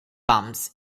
bumps